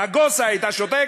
נגוסה, היית שותק?